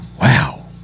Wow